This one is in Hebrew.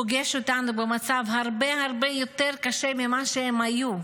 פוגש אותנו במצב הרבה הרבה יותר קשה ממה שהם היו.